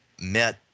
met